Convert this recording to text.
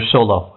Solo